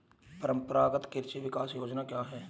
परंपरागत कृषि विकास योजना क्या है?